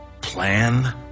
Plan